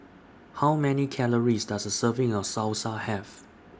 How Many Calories Does A Serving of Salsa Have